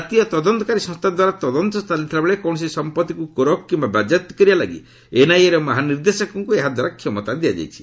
ଜାତୀୟ ତଦନ୍ତକାରୀ ସଂସ୍ଥାଦ୍ୱାରା ତଦନ୍ତ ଚାଲିଥିଲାବେଳେ କୌଣସି ସମ୍ପତ୍ତିକ୍ କୋରଖ କିମ୍ବା ବାଜ୍ୟାପ୍ତ କରିବା ଲାଗି ଏନ୍ଆଇଏର ମହାନିର୍ଦ୍ଦେଶକଙ୍କ ଏହାଦ୍ୱାରା କ୍ଷମତା ଦିଆଯାଇଛି